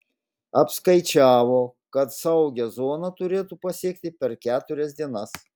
apskaičiavo kad saugią zoną turėtų pasiekti per keturias dienas